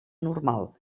normal